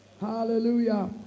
Hallelujah